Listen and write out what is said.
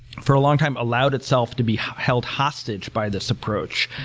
for a long time, allowed itself to be held hostage by this approach.